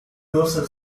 dorsal